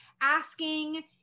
asking